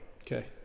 okay